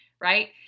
right